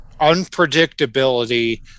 unpredictability